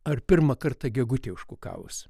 ar pirmą kartą gegutei užkukavus